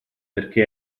perché